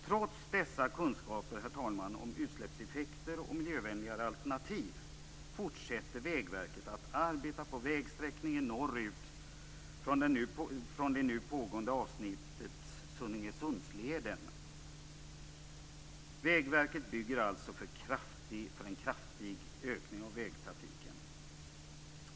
Trots dessa kunskaper om utsläppseffekter och miljövänligare alternativ, herr talman, fortsätter Vägverket att arbeta på vägsträckningen norrut från det nu pågående avsnittet Sunningesundsleden. Vägverket bygger alltså för en kraftig ökning av vägtrafiken.